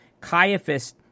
Caiaphas